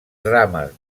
drames